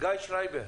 גיא שרייבר,